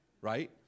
right